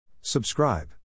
Subscribe